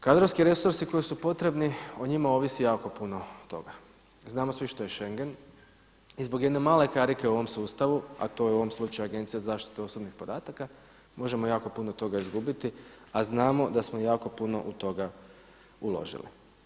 Kadrovski resursi koji su potrebni o njima ovisi jako puno toga, znamo svi što je Schengen i zbog jedne male karike u ovom sustavu a to je u ovom slučaju Agencija za zaštitu osobnih podataka možemo jako puno toga izgubiti a znamo da smo jako puno od toga uložili.